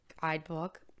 Guidebook